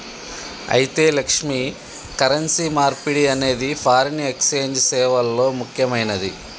అయితే లక్ష్మి, కరెన్సీ మార్పిడి అనేది ఫారిన్ ఎక్సెంజ్ సేవల్లో ముక్యమైనది